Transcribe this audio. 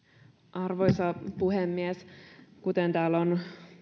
arvoisa puhemies kuten täällä on